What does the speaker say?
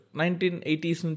1980s